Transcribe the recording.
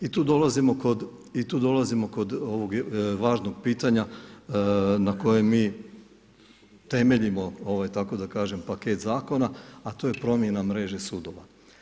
I tu dolazimo kod ovog važnog pitanja na koje mi temeljimo ovaj tako da kažem paket zakona a to je promjena mreže sudova.